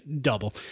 double